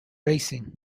racing